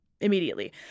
immediately